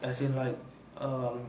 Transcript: as in like err